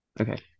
Okay